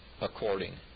according